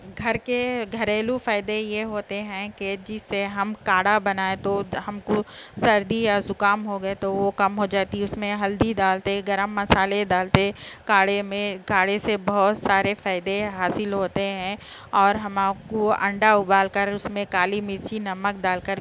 گھر کے گھریلو فائدے یہ ہوتے ہیں کہ جس سے ہم کاڑھا بنائے تو ہم کو سردی یا زکام ہو گئے تو وہ کم ہو جاتی ہے اس میں ہلدی ڈالتے گرم مسالے ڈالتے کاڑھے میں کاڑھے سے بہت سارے فائدے حاصل ہوتے ہیں اور ہم آپ کو انڈا ابال کر اس میں کالی مرچی نمک ڈال کر